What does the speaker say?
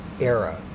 era